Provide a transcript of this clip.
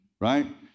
right